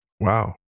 Wow